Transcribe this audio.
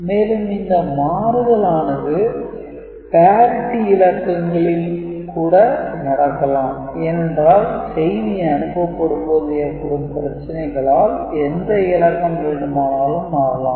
மேலும் இந்த மாறுதலானது parity இலக்கங்களின் கூட நடக்கலாம் ஏனென்றால் செய்தி அனுப்பப்படும் போது ஏற்படும் பிரச்சனைகளால் எந்த இலக்கம் வேண்டுமானாலும் மாறலாம்